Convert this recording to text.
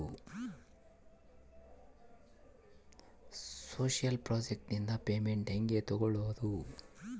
Social project ನಿಂದ payment ಹೆಂಗೆ ತಕ್ಕೊಳ್ಳದು?